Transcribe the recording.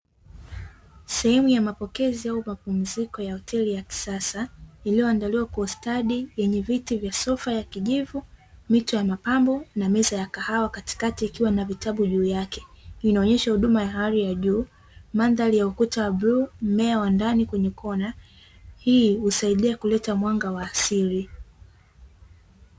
Sehemu ya mapokezi au mapumziko ya hoteli ya kisasa, iliyoandaliwa kwa ustadi; yenye viti vya sofa ya kijivu, mito ya mapambo na meza ya kahawa, katikati ikiwa na vitabu juu yake. Inaonyesha huduma ya hali ya juu. Mandhari ya ukuta wa bluu, mmea wa ndani kwenye kona, hii husaidia kuleta mwanga wa asili.